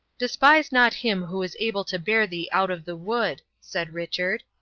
despise not him who is able to bear thee out of the wood, said richard.